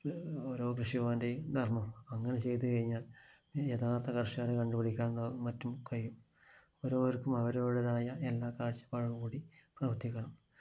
ഓരോ കൃഷിഭവൻ്റെയും ധർമം അങ്ങനെ ചെയ്തു കഴിഞ്ഞാൽ യഥാർത്ഥ കർഷകനെ കണ്ടുപിടിക്കാൻ മറ്റും കഴിയും അവരവർക്കും അവരവരുടേതായ എല്ലാ കാഴ്ച്ചപ്പാടുകളോടു കൂടി പ്രവർത്തിക്കണം